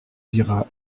dira